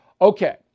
Okay